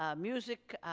ah music